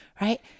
Right